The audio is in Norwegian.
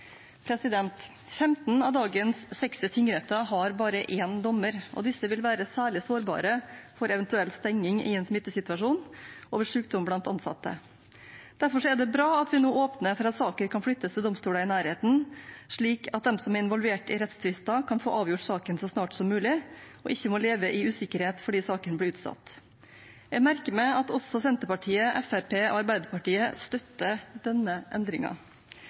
15 av dagens 60 tingretter har bare én dommer, og disse vil være særlig sårbare for eventuell stenging i en smittesituasjon og ved sykdom blant ansatte. Derfor er det bra at vi nå åpner for at saker kan flyttes til domstoler i nærheten, slik at de som er involvert i rettstvister, kan få avgjort saken så snart som mulig og ikke må leve i usikkerhet fordi saken blir utsatt. Jeg merker meg at også Senterpartiet, Fremskrittspartiet og Arbeiderpartiet støtter denne